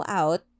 out